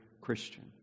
Christian